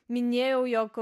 minėjau jog